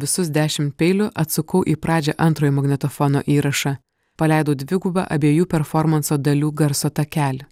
visus dešim peilių atsukau į pradžią antrojo magnetofono įrašą paleidau dvigubą abiejų performanso dalių garso takelį